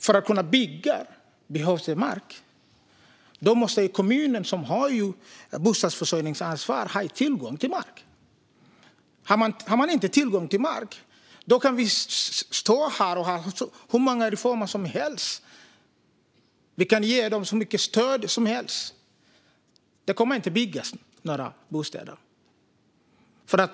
För att kunna bygga behövs mark, och då måste kommunerna, som har bostadsförsörjningsansvar, ha tillgång till mark. Om kommunerna inte har tillgång till mark kan vi stå här och ha hur många reformer som helst och ge dem hur mycket stöd som helst - det kommer inte att byggas några bostäder.